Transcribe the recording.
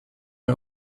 may